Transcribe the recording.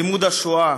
לימוד השואה